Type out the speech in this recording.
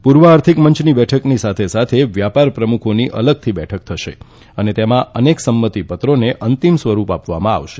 પુર્વ આર્થિક મંચની બેઠકની સાથે સાથે વ્યાપાર પ્રમુખોની અલગથી બેઠક થશે અને તેમાં અનેક સંમતી પત્રોને અંતિમ સ્વરૂપ આપવામાં આવશે